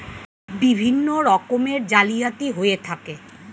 বিভিন্ন রকমের জালিয়াতি হয়ে থাকে